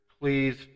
please